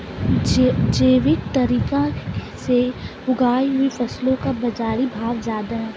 जैविक तरीके से उगाई हुई फसलों का बाज़ारी भाव ज़्यादा है